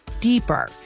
deeper